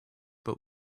but